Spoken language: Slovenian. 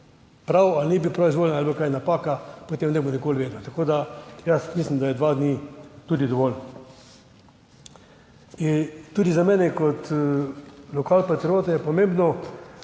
prav ali ni bil prav izvoljen, ali je bilo kaj napaka, potem ne bo nikoli vedel. Tako da mislim, da je dva dni tudi dovolj. Za mene kot tudi lokalpatriota je pomembno,